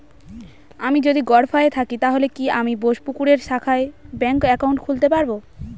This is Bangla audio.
আমি যদি গরফায়ে থাকি তাহলে কি আমি বোসপুকুরের শাখায় ব্যঙ্ক একাউন্ট খুলতে পারবো?